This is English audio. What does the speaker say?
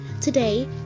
Today